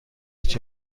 هیچ